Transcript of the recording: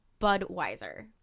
Budweiser